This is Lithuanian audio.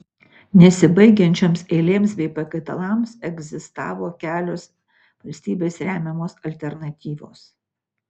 nesibaigiančioms eilėms bei pakaitalams egzistavo kelios valstybės remiamos alternatyvos